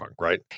right